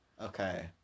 Okay